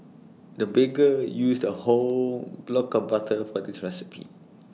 the baker used A whole block of butter for this recipe